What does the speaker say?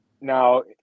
Now